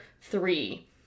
three